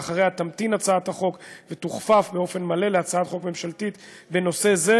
ואחריה תמתין הצעת החוק ותוכפף באופן מלא להצעת חוק ממשלתית בנושא זה,